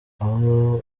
aho